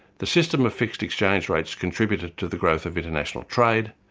the system of fixed exchange rates contributed to the growth of international trade,